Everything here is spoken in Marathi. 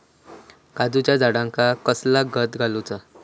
काजूच्या झाडांका कसला खत घालूचा?